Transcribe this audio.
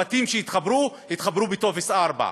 הבתים שהתחברו התחברו בטופס 4,